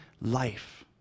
life